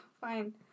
fine